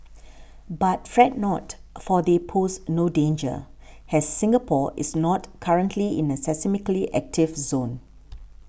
but fret not for they pose no danger has Singapore is not currently in a seismically active zone